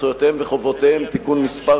זכויותיהם וחובותיהם (תיקון מס'